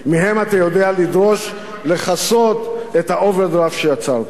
מהם אתה יודע לדרוש לכסות את האוברדרפט שיצרת.